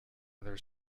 other